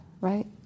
right